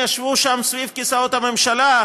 הם ישבו שם סביב כיסאות הממשלה,